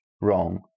wrong